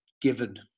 given